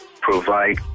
provide